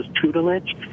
tutelage